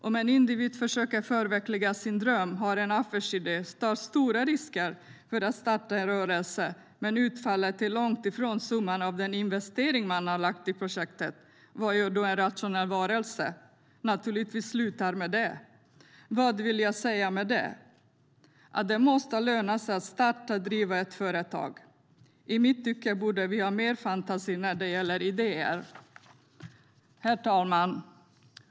Om en individ försöker förverkliga sin dröm, har en affärsidé och tar stora risker för att starta en rörelse, men får ett utfall som är långt ifrån summan av den investering individen har gjort i projektet - vad gör då en rationell varelse? Slutar, naturligtvis. Vad vill jag säga med det? Jo, att det måste löna sig att starta och driva företag. I mitt tycke borde vi ha mer fantasi när det gäller idéer. Herr talman!